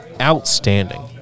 Outstanding